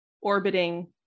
orbiting